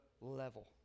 level